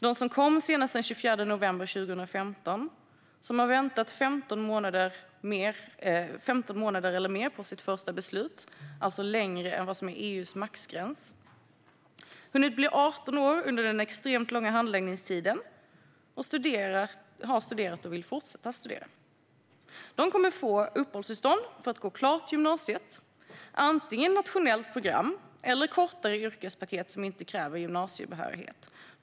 De som kom senast den 24 november 2015 har väntat i 15 månader eller mer på sitt första beslut, alltså längre än vad som är EU:s maxgräns har hunnit bli 18 år under den extremt långa handläggningstiden har studerat och vill fortsätta att studera kommer att få uppehållstillstånd för att gå klart gymnasiet, antingen ett nationellt program eller ett kortare yrkespaket som inte kräver gymnasiebehörighet.